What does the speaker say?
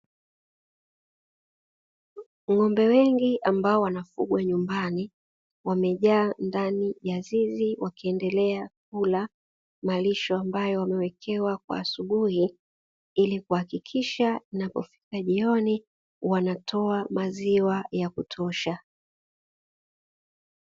Ng'ombe wengi ambao wanafugwa nyumbani, wamejaa ndani ya zizi wakiendelea kula, malisho ambayo wamewekewa kwa asubuhi, ili kuhakikisha inapofika jioni, wanaotoa maziwa ya kutosha.